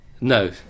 No